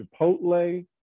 Chipotle